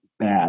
bad